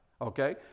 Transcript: Okay